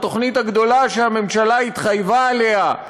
התוכנית הגדולה שהממשלה התחייבה עליה,